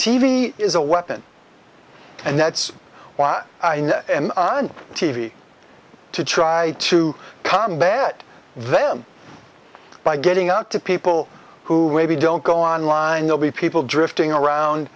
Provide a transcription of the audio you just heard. v is a weapon and that's why i'm on t v to try to combat them by getting out to people who maybe don't go online they'll be people drifting around